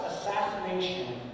assassination